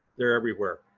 they're everywhere.